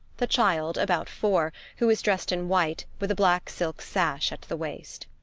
the child about four, who is dressed in white, with a black silk sash at the waist.